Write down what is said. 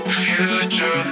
future